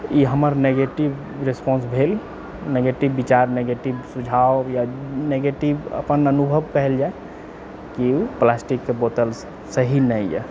ई हमर negative response भेल negative सुझाव या नेगेटिव अपन अनुभव कहल जाए कि ओ प्लास्टिक कऽ बोतल सही नहि यऽ